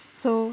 so